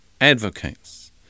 advocates